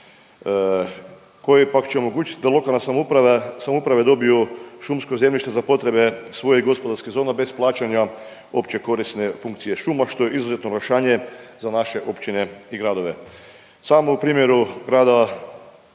koji pak će omogućiti da lokalne samouprave dobiju šumsko zemljište za potrebe svoje gospodarskih zona bez plaćanja općekorisne funkcije šuma, što je izuzetno olakšanje za vaše općine i gradove. Samo u primjeru rada